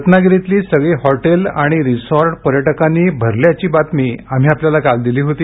रत्नागिरीतली सगळी हॉटेलं आणि रिसॉर्ट फुल झाल्याची बातमी आम्ही आपल्याला काल दिली होती